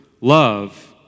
love